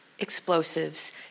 Explosives